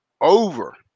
Over